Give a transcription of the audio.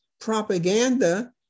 propaganda